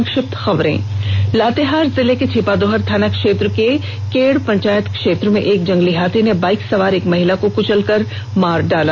संक्षिप्त खबरें लातेहार जिले के छिपादोहार थाना क्षेत्र के केड़ पंचायत क्षेत्र में एक जंगली हाथी ने बाइक सवार एक महिला को कुचलकर मार डाला